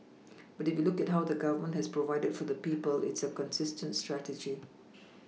but if you look at how the Government has provided for the people it's a consistent strategy